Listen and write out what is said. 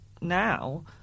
now